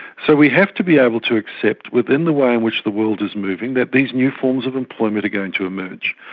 so we have to be able to accept within the way in which the world is moving that these new forms of employment are going to emerge.